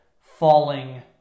falling